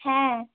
হ্যাঁ